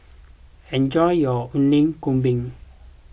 enjoy your Alu Gobi